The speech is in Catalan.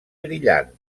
brillant